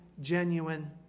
genuine